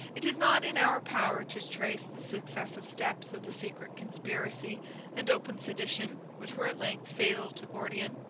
it is not in our power to trace the successive steps of the secret conspiracy and open sedition, which were at length fatal to gordian.